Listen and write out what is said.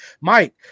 Mike